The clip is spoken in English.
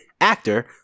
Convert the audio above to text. actor